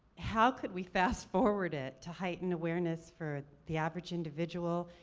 how could we fast forward it to heighten awareness for the average individual,